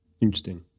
Interesting